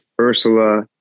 Ursula